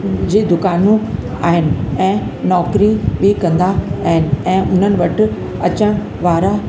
जी दुकानूं आहिनि ऐं नौकिरी बि कंदा आहिनि ऐं उन्हनि वटि अचण वारा